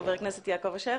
חבר הכנסת יעקב אשר,